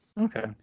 Okay